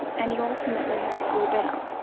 and you ultimately feel better.